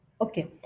Okay